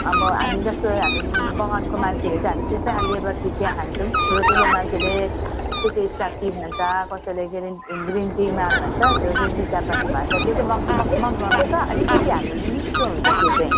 अब हामी जस्तो हामी बगानको मान्छे हो त त्यस्तो लेबर टी चिया खान्छौँ ठुलो ठुलो मान्छेले स्टाफ टी खान्छ कसैले ग्रिन टी माल भन्छ त्यो ग्रिन टी चियापत्ती भन्छ त्यो चाहिँ मगमगमग गनाउँछ अलिकति हाल्यो भने पनि मिठो हुन्छ त्यो चाहिँ